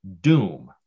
Doom